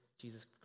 Jesus